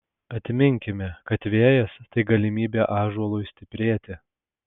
atminkime kad vėjas tai galimybė ąžuolui stiprėti